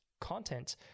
content